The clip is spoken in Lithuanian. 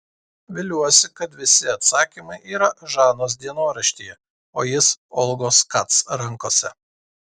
viliuosi kad visi atsakymai yra žanos dienoraštyje o jis olgos kac rankose